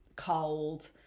cold